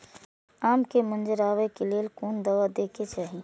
आम के मंजर आबे के लेल कोन दवा दे के चाही?